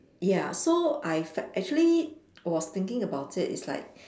ya so I f~ actually I was thinking about it it's like